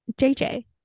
JJ